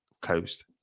Coast